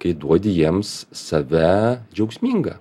kai duodi jiems save džiaugsmingą